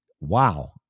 Wow